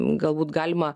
galbūt galima